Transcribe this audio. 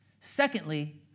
Secondly